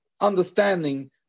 understanding